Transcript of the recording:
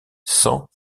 cent